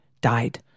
died